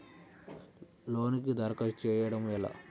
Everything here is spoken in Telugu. లోనుకి దరఖాస్తు చేయడము ఎలా?